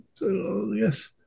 Yes